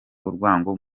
urwango